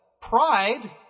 pride